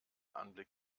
anblick